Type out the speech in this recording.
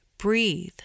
breathe